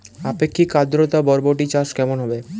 আপেক্ষিক আদ্রতা বরবটি চাষ কেমন হবে?